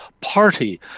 party